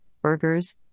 burgers